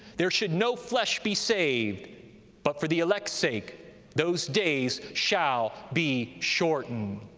there should no flesh be saved but for the elect's sake those days shall be shortened.